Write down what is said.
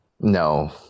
No